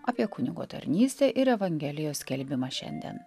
apie kunigo tarnystę ir evangelijos skelbimą šiandien